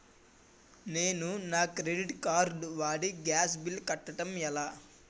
నేను నా credit card వాడి గ్యాస్ బిల్లు కట్టడం ఎలా?